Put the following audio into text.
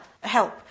help